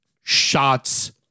shots